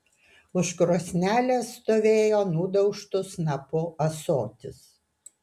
už krosnelės stovėjo nudaužtu snapu ąsotis